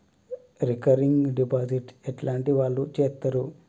Recurring deposit ఎట్లాంటి వాళ్లు చేత్తరు?